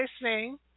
listening